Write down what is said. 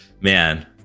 man